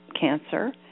cancer